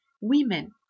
Women